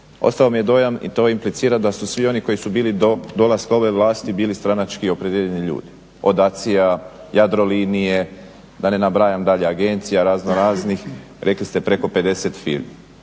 Ostao mi je dojam i to implicira da su svi oni koji su bili do dolaska ove vlasti bili stranački opredijeljeni ljudi od ACI-a, Jadrolinije, da ne nabrajam dalje agencija razno raznih. Rekli ste preko 50 firmi.